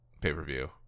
pay-per-view